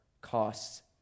costs